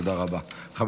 תודה רבה.